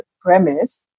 premise